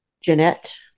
Jeanette